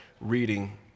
reading